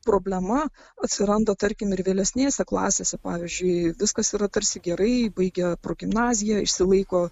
problema atsiranda tarkim ir vėlesnėse klasėse pavyzdžiui viskas yra tarsi gerai baigia progimnaziją išsilaiko